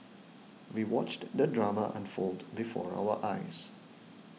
we watched the drama unfold before our eyes